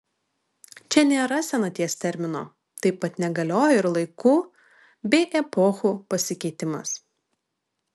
čia nėra senaties termino taip pat negalioja ir laikų bei epochų pasikeitimas